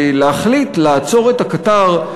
ולהחליט לעצור את הקטר,